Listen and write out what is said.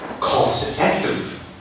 cost-effective